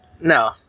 No